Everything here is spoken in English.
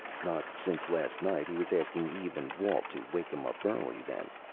not since last night. he was asking eve and walt to wake him up early, then.